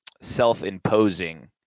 self-imposing